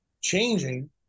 changing